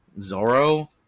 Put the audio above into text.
Zoro